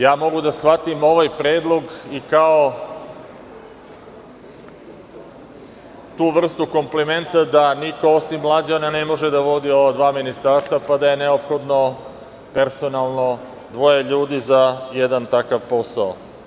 Ja mogu da shvatim ovaj predlog i kao tu vrstu komplimenta da niko osim Mlađana ne može da vodi ova dva ministarstva, pa da je neophodno personalno dvoje ljudi za jedan takav posao.